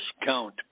discount